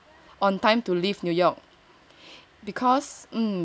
on time to leave New York